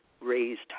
raised